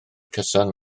cyson